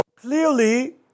clearly